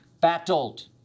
battled